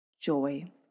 joy